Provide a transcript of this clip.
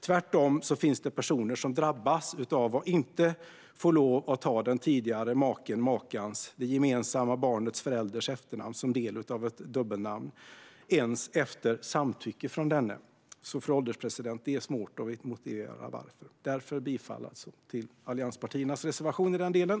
Tvärtom finns det personer som inte får lov att ta den tidigare makens, makans eller det gemensamma barnets förälders efternamn som del av ett dubbelnamn ens med den personens samtycke. Det är svårt att motivera varför det ska vara så. Därför yrkar jag bifall till allianspartiernas reservation i den delen.